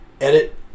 edit